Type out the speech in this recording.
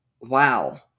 wow